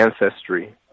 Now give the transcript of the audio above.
ancestry